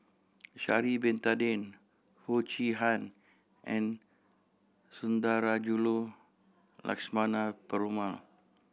Sha'ari Bin Tadin Foo Chee Han and Sundarajulu Lakshmana Perumal